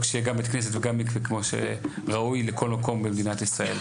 שיהיה גם בית כנסת וגם מקווה כפי שראוי לכל מקום במדינת ישראל.